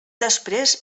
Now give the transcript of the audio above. després